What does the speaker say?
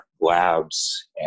labs